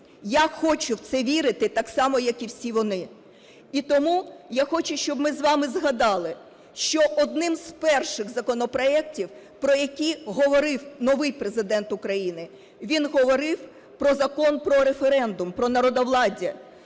Я хочу в це вірити так само, як і всі вони. І тому я хочу, щоб ми з вами згадали, що одним з перших законопроектів, про які говорив новий Президент України. Він говорив про Закон про референдум, про народовладдя.